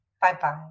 Bye-bye